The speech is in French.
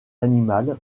animal